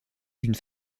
d’une